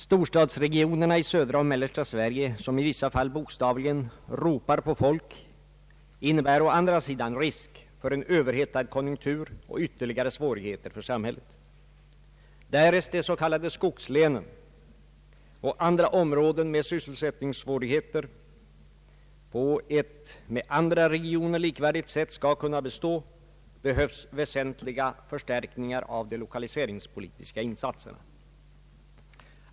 Storstadsregionerna i södra och mellersta Sverige, som i vissa fall bokstavligen ropar på folk, innebär å andra sidan risk för en överhettad konjunktur och ytterligare svårigheter för samhället. Därest de s.k. skogslänen och andra områden med sysselsättningssvårigheter på ett med andra regioner likvärdigt sätt skall kunna bestå, behövs väsentliga förstärkningar av de lokaliseringspolitiska insatserna.